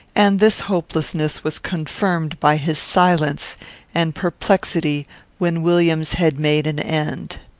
and this hopelessness was confirmed by his silence and perplexity when williams had made an end.